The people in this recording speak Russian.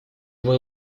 его